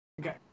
Okay